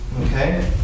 Okay